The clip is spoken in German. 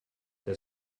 der